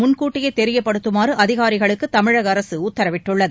முன்கூட்டியே தெரியப்படுத்துமாறு அதிகாரிகளுக்கு தமிழக அரசு உத்தரவிட்டுள்ளது